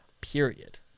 Period